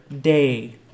day